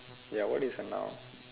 ya what is a noun